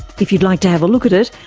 if you'd like to have a look at it,